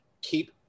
keep